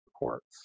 reports